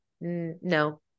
no